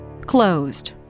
closed